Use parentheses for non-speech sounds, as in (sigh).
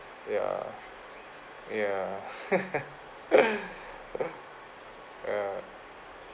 ya ya (laughs) ya